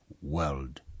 world